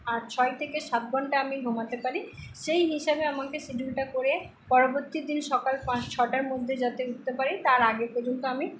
আর ছয় থেকে সাত ঘন্টা আমি ঘুমাতে পারি সেই হিসাবে আমাকে শিডুলটা করে পরবর্তী দিন সকাল পাঁচ ছটার মধ্যে যাতে উঠতে পারি তার আগে পর্যন্ত আমি